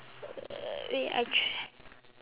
uh wait I che~